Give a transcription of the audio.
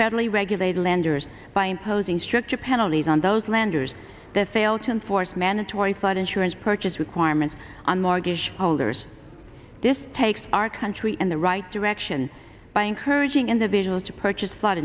federally regulated lenders by imposing stricter penalties on those lenders that fail to enforce mandatory flood insurance purchase requirements on mortgage holders this takes our country in the right direction by encouraging individuals to purchase flood